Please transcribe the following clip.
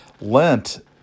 Lent